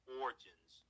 origins